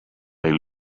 they